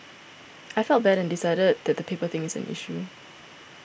I felt bad and decided that the paper thing is an issue